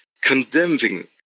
condemning